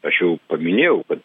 aš jau paminėjau kad